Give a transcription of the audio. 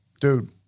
Dude